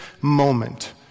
moment